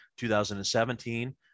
2017